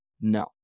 No